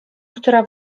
która